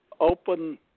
open